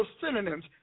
synonyms